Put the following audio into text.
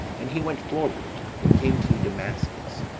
and he went forward, and came to damascus,